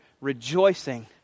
rejoicing